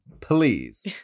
Please